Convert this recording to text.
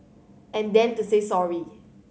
and then to say sorry